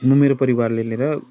म मेरो परिवारलाई लिएर